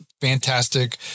fantastic